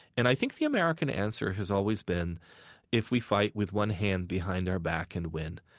and i think the american answer has always been if we fight with one hand behind our back and win,